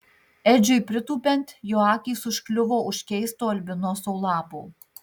edžiui pritūpiant jo akys užkliuvo už keisto albinoso lapo